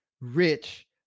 rich